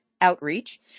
outreach